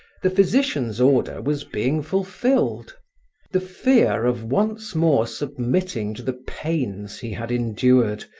the physician's order was being fulfilled the fear of once more submitting to the pains he had endured,